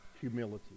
humility